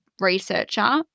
researcher